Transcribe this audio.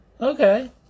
Okay